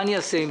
מה אני אעשה עם